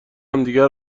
همدیگه